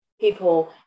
People